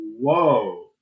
whoa